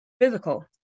physical